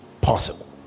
possible